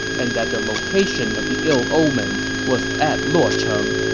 and that the location of the ill omen was at luocheng.